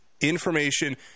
information